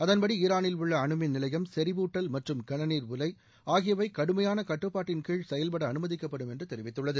அதன்படி ஈரானில் உள்ள அணுமின் நிலையம்செறிவூட்டல் மற்றும் கனநீர் உலை ஆகியவை கடுமையான கட்டுப்பாட்டின் கீழ் செயல்பட அனுமதிக்கப்படும் என்று தெரிவித்துள்ளது